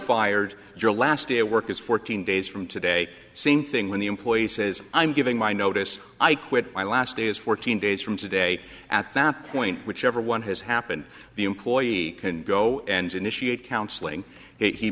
fired your last day of work is fourteen days from today same thing when the employee says i'm giving my notice i quit my last day is fourteen days from today at that point whichever one has happened the employee can go and initiate counseling he